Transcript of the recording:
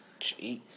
Jeez